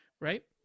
right